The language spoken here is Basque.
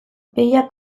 behiak